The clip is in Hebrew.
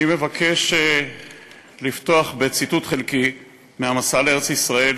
אני מבקש לפתוח בציטוט חלקי מ"המסע לארץ-ישראל",